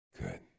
Good